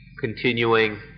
continuing